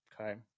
Okay